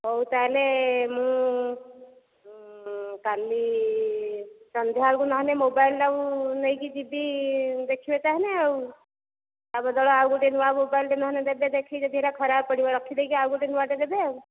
ହେଉ ତା' ହେଲେ ମୁଁ କାଲି ସନ୍ଧ୍ୟା ବେଳକୁ ନ ହେଲେ ମୋବାଇଲଟାକୁ ନେଇ କି ଯିବି ଦେଖିବେ ତା' ହେଲେ ଆଉ ତା' ବଦଳରେ ଆଉ ଗୋଟିଏ ନୁଆ ମୋବାଇଲଟିଏ ନହେଲେ ଦେବେ ଦେଖିକି ଯଦି ଏ'ଟା ଖରାପ ପଡ଼ିବ ରଖିଦେଇକି ଆଉ ଗୋଟିଏ ନୁଆଟିଏ ଦେବେ ଆଉ